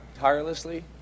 tirelessly